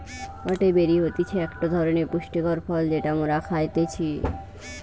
গটে বেরি হতিছে একটো ধরণের পুষ্টিকর ফল যেটা মোরা খাইতেছি